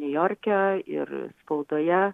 niujorke ir spaudoje